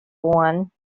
one